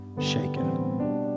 shaken